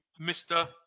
Mr